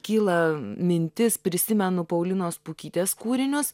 kyla mintis prisimenu paulinos pukytės kūrinius